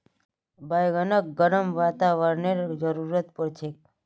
बैगनक गर्म वातावरनेर जरुरत पोर छेक